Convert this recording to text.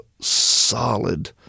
solid